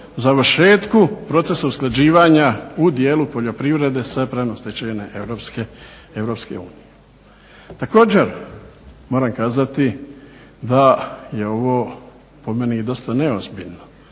završetku procesa usklađivanja u djelu poljoprivrede sa pravnom stečevinom EU. Također moram kazati da je ovo po meni dosta nezbiljno.